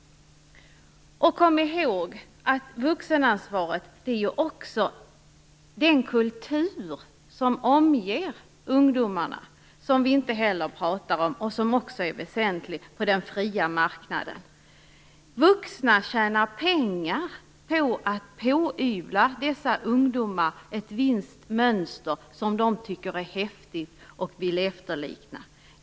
Kom ihåg att vuxenansvaret också omfattar den kultur som omger ungdomarna. Vi pratar inte om den, men den är väsentlig för den fria marknaden. Vuxna tjänar pengar på att pådyvla dessa ungdomar ett visst mönster som de tycker är häftigt och vill efterlikna.